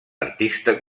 artista